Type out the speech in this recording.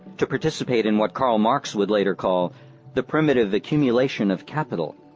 to participate in what karl marx would later call the primitive accumulation of capital.